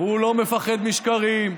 הוא לא מפחד משקרים,